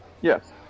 Yes